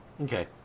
Okay